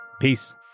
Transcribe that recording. Peace